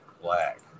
black